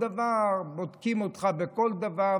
בודקים אותך בכל דבר,